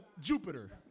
Jupiter